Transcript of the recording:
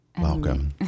Welcome